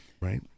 right